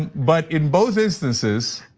but in both instances,